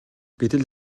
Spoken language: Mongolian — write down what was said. гэтэл